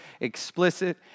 explicit